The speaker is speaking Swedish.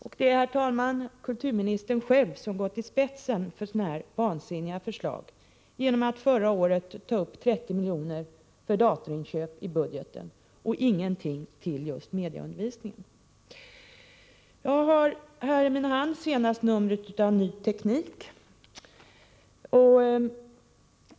Det är, herr talman, kulturministern själv som gått i spetsen för sådana här vansinniga förslag genom att förra året i budgeten ta upp 30 milj.kr. för datorinköp och ingenting till just medieundervisningen. Jag har i min hand senaste numret av Ny Teknik.